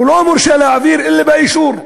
לא מורשה להעביר אלא באישור,